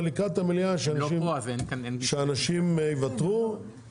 אבל לקראת המליאה שאנשים יוותרו על העניין.